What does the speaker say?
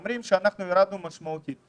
אומרים שירדנו משמעותית.